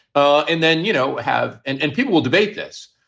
and then, you know, have and and people will debate this,